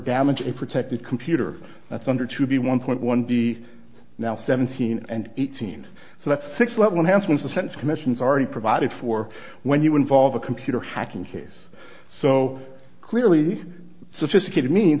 damage a protected computer that's under to be one point one d now seventeen and eighteen so that's six level hansen's the sense commission's already provided for when you involve a computer hacking case so clearly sophisticated means